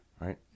right